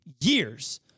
years